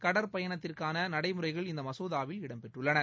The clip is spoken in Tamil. கடற்பயணத்திற்கான நடைமுறைகள் இந்த மசோதாவில் இடம்பெற்றுள்ளன